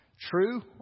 True